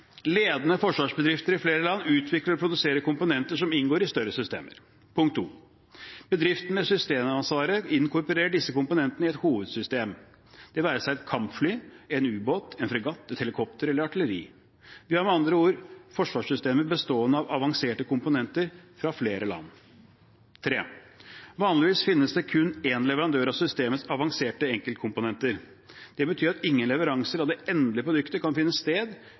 Ledende forsvarsbedrifter i flere land utvikler og produserer komponenter som inngår i større systemer. Punkt 2: Bedriften med systemansvaret inkorporer disse komponentene i et hovedsystem, det være seg et kampfly, en ubåt, en fregatt, et helikopter eller et artilleri. Vi har med andre ord forsvarssystemer bestående av avanserte komponenter fra flere land. Punkt 3: Vanligvis finnes det kun én leverandør av systemets avanserte enkeltkomponenter. Det betyr at ingen leveranser av det endelige produktet kan finne sted